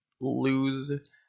lose